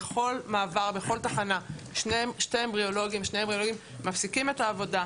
בכל מעבר ובכל תחנה שני אמבריולוגים מפסיקים את העבודה,